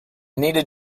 needed